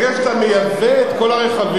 מכיוון שאתה מייבא את כל הרכבים,